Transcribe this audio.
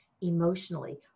emotionally